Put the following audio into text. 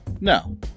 no